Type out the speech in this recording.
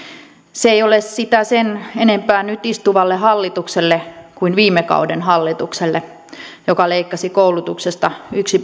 se ei ole sitä sen enempää nyt istuvalle hallitukselle kuin viime kauden hallitukselle joka leikkasi koulutuksesta yksi